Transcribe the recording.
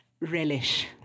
relish